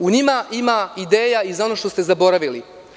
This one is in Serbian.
U njima ima ideja i za ono što ste zaboravili.